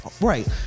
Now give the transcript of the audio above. Right